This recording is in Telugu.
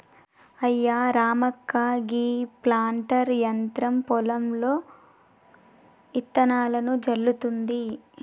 అయ్యా రామక్క గీ ప్లాంటర్ యంత్రం పొలంలో ఇత్తనాలను జల్లుతుంది